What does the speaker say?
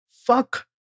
fuck